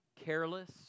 careless